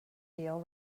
deal